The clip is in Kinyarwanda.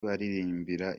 baririmbira